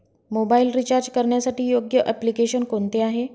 Mobile recharge करण्यासाठी योग्य application कोणते आहे?